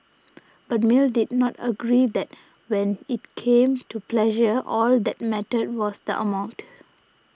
but Mill did not agree that when it came to pleasure all that mattered was the amount